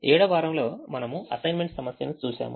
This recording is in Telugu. ఏడవ వారంలో మనము అసైన్మెంట్ సమస్యను చూశాము